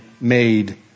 made